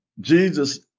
Jesus